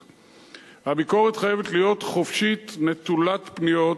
הביקורת חייבת להיות חופשית, נטולת פניות,